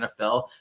NFL